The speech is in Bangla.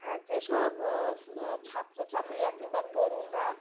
হ্যাঁ যেসব ছাত্রছাত্রীরা কিংবা তরুণরা